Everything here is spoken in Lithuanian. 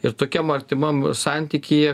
ir tokiam artimam santykyje